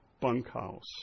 bunkhouse